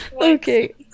Okay